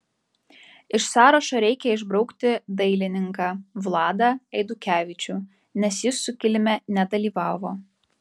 iš sąrašo reikia išbraukti dailininką vladą eidukevičių nes jis sukilime nedalyvavo